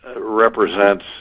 represents